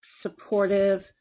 supportive